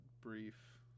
brief